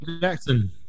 Jackson